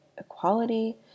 equality